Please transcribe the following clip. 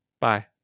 Bye